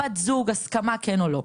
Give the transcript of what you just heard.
בת זוג, הסכמה, כן או לא?